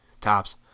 tops